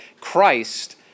Christ